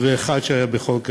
ואחד שהיה בחוק ההסדרים.